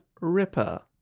Ripper